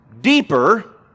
Deeper